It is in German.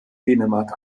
dänemark